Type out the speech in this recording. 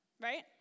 right